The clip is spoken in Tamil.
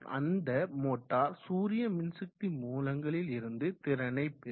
அந்த மோட்டார் சூரிய மின்சக்தி மூலங்களில் இருந்து திறனை பெறும்